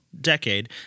decade